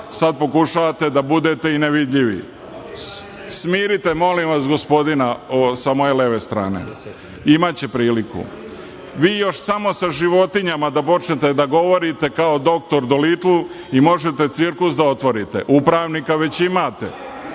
sad pokušavate da budete i nevidljivi. Smirite, molim vas, gospodina sa moje leve strane, imaće priliku. Vi još samo sa životinjama da počnete da govorite, kao doktor Dulitl, i možete cirkus da otvorite. Upravnika već imate.